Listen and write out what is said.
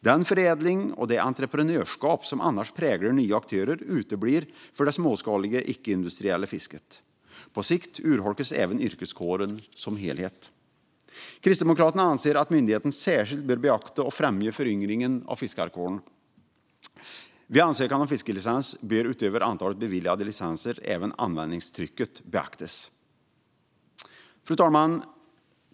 Den förädling och det entreprenörskap som annars präglar nya aktörer uteblir för det småskaliga icke-industriella fisket. På sikt urholkas även yrkeskåren som helhet. Kristdemokraterna anser att myndigheten särskilt bör beakta och främja föryngringen av fiskarkåren. Vid ansökan om fiskelicens bör, utöver antalet beviljade licenser, även användningstrycket beaktas. Fru talman!